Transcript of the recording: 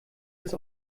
das